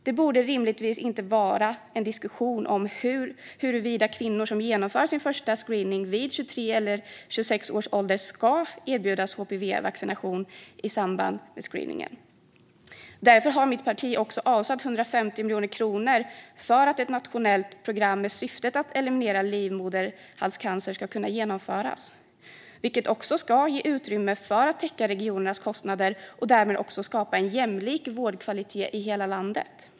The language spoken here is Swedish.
Det borde rimligtvis inte förekomma en diskussion om huruvida kvinnor som genomför sin första screening vid 23 eller 26 års ålder ska erbjudas HPV-vaccination i samband med screeningen eller inte. Därför har mitt parti också avsatt 150 miljoner kronor för att ett nationellt program med syftet att eliminera livmoderhalscancer ska kunna genomföras, vilket också ska ge utrymme för att täcka regionernas kostnader och därmed också skapa en jämlik vårdkvalitet i hela landet.